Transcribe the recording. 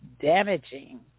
damaging